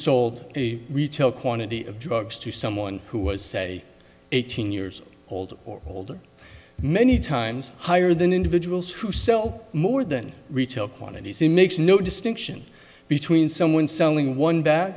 sold a retail quantity of drugs to someone who was say eighteen years old or older many times higher than individuals who sell more than retail quantities in makes no distinction between someone selling one bag